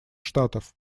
штатов